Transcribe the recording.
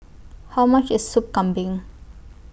How much IS Sup Kambing